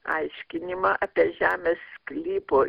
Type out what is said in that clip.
aiškinimą apie žemės sklypo